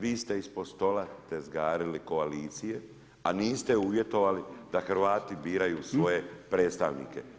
Vi ste ispod stola tezgarili koalicije, a niste uvjetovali da Hrvati biraju svoje predstavnike.